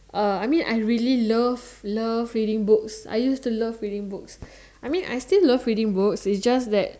uh I mean I really love love I used to love reading books I mean I still love reading books it's just that